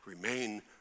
remain